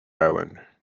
island